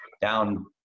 down